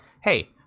hey